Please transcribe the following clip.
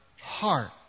heart